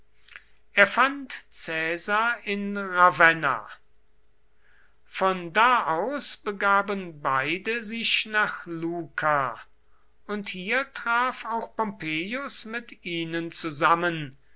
er fand caesar in ravenna von da aus begaben beide sich nach luca und hier traf auch pompeius mit ihnen zusammen